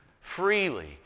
freely